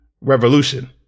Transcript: revolution